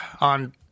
on